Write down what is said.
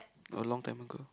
a long time ago